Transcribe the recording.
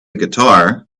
guitar